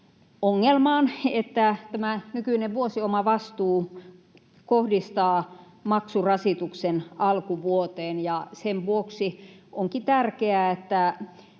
ongelmaan, että tämä nykyinen vuosiomavastuu kohdistaa maksurasituksen alkuvuoteen, ja sen vuoksi onkin tärkeää, että